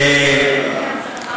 הלילה.